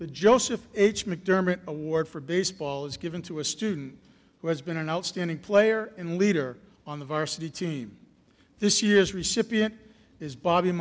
the joseph h mcdermott award for baseball is given to a student who has been an outstanding player and leader on the varsity team this year's recipient is bobby